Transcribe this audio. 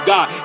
God